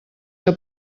que